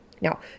Now